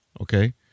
okay